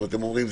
הם אומרים,